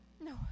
No